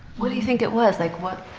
what do you think it was? like, what.